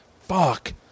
fuck